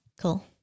Cool